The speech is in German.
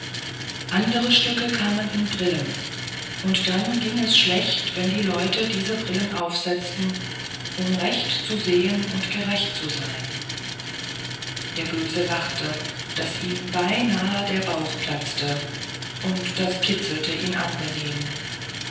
andere stücke kamen in brillen und dann ging es schlecht wenn die leute diese brillen aufsetzten um recht zu sehen und gerecht zu sein der böse lachte daß ihm beinahe der bauch platzte und das kitzelte ihn angenehm